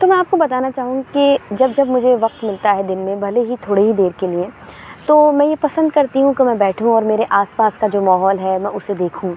تو میں آپ کو بتانا چاہوں گی کہ جب جب مجھے وقت ملتا ہے دِن میں بھلے ہی تھوڑے ہی دیر کے لیے تو میں یہ پسند کرتی ہوں کہ میں بیٹھوں اور میرے آس پاس کا جو ماحول ہے میں اُسے دیکھوں